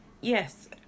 Yes